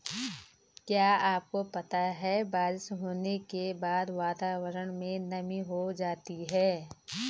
क्या आपको पता है बारिश होने के बाद वातावरण में नमी हो जाती है?